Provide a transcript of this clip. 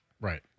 Right